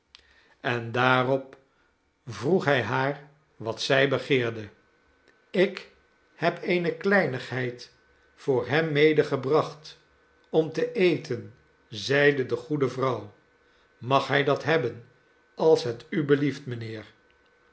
en daarop vroeg hij haar wat zij begeerde ik heb eene kleinigheid voor hem medegebracht om te eten zeide de goede vrouw mag hij dat hebben als het u belieft mijnheer